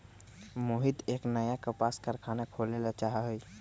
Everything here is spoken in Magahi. मोहित एक नया कपास कारख़ाना खोले ला चाहा हई